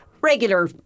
regular